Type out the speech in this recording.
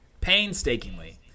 painstakingly